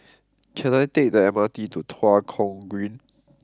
can I take the M R T to Tua Kong Green